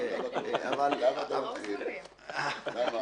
מסוג הדברים שיש במוצב,